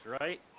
right